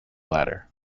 ladder